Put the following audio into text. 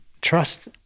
trust